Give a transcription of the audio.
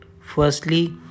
firstly